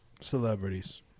Celebrities